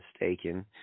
mistaken